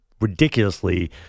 ridiculously